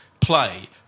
play